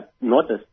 noticed